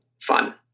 fun